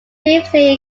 previously